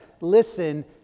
listen